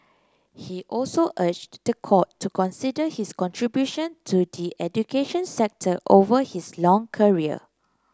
he also urged the court to consider his contribution to the education sector over his long career